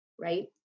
right